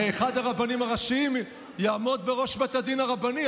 הרי אחד הרבנים הראשיים יעמוד בראש בית הדין הרבני,